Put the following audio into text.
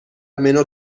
منو